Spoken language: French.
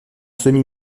semi